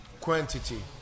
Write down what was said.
quantity